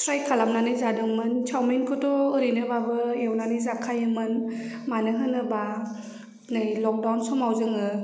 try खालामनानै जादोंमोन चावमिनखौथ' ओरैनोबाबो एवनानै जाखायोमोन मानो होनोबा नै लकदाउन समाव जोङो